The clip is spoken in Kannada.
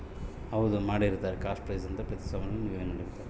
ಕಾಸ್ಟ್ ಪ್ರೈಸ್ ಅಂತ ಪ್ರತಿ ಸಾಮಾನಿಗೆ ನಿಗದಿ ಮಾಡಿರ್ತರ